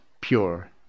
pure